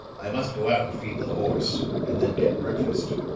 i must go out and feed the horse, and then get breakfast.